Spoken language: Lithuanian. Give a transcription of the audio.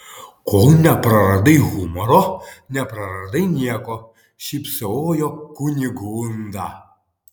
kol nepraradai humoro nepraradai nieko šypsojo kunigunda